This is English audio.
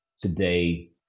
today